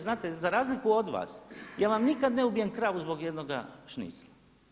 Znate za razliku od vas, ja vam nikada ne ubijem kravu zbog jednoga šnicla.